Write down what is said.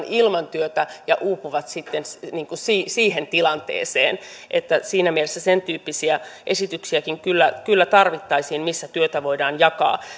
ilman työtä ja uupuvat sitten siihen tilanteeseen siinä mielessä sentyyppisiä esityksiäkin kyllä kyllä tarvittaisiin missä työtä voidaan jakaa